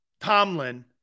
Tomlin